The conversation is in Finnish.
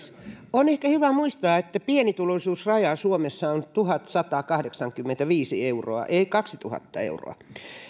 on ehkä hyvä muistaa että pienituloisuusraja suomessa on tuhatsatakahdeksankymmentäviisi euroa ei kaksituhatta euroa